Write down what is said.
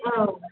औ